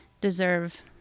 deserve